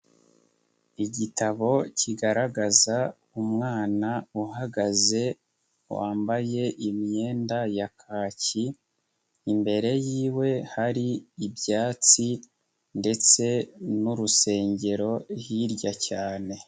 Igitabo kigaragaza umwana uhagaze wambaye imyenda ya kaki, imbere yiwe hari ibyatsi ndetse n'urusengero hirya cyane.